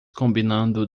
combinando